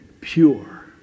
pure